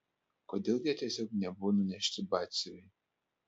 kodėl jie tiesiog nebuvo nunešti batsiuviui